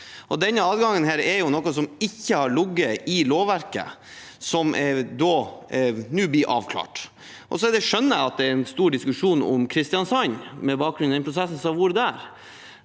Den adgangen er noe som ikke har ligget i lovverket, men som nå blir avklart. Jeg skjønner at det er en stor diskusjon om Kristiansand med bakgrunn i den prosessen som har vært